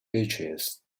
beaches